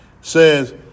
says